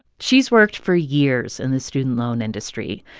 she's worked for years in the student loan industry.